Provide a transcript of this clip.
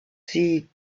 sie